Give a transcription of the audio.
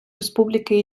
республіки